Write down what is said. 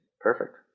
Perfect